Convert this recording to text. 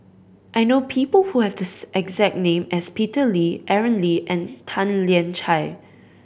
I know people who have this exact name as Peter Lee Aaron Lee and Tan Lian Chye